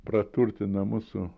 praturtina mūsų